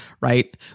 right